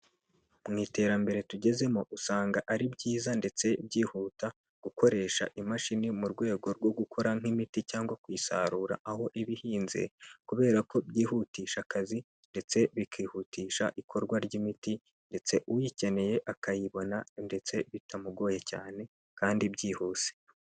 Mu iterambere tugezemo usanga ari byiza ndetse byihuta gukoresha imashini mu rwego rwo gukora nk'imiti cyangwa kuyisarura aho iba ihinze kubera ko byihutisha akazi ndetse bikihutisha ikorwa ry'imiti ndetse uyikeneye akayibona ndetse bitamugoye cyane kandi byihuse.